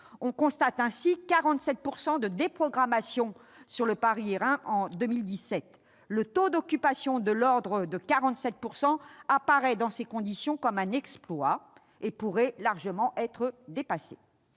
constaté, en 2017, 47 % de déprogrammations sur le Paris-Irún. Le taux d'occupation de l'ordre de 47 % apparaît, dans ces conditions, un exploit, qui pourrait largement être dépassé.